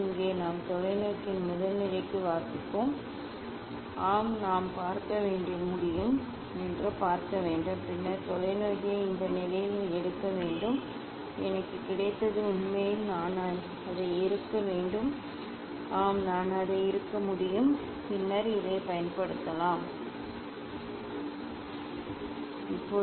இங்கே நாம் தொலைநோக்கியின் முதல் நிலைக்கு வாசிப்போம் ஆம் நான் பார்க்க முடியும் என்று பார்க்க வேண்டும் பின்னர் தொலைநோக்கியை இந்த நிலையில் எடுக்க வேண்டும் எனக்கு கிடைத்தது உண்மையில் நான் அதை இறுக்க வேண்டும் ஆம் நான் அதை இறுக்க முடியும் பின்னர் இதைப் பயன்படுத்தலாம் இதை சரியாக நகர்த்த நன்றாக திருகு